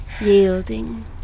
yielding